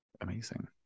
amazing